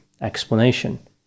explanation